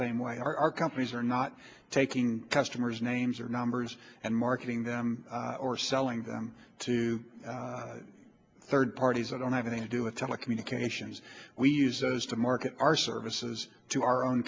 same way our companies are not taking customers names or numbers and marketing them selling them to third parties i don't have any to do with telecommunications we use those to market our services to our own